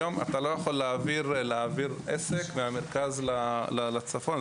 היום אתה לא יכול להעביר עסק מהמרכז לצפון,